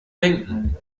denken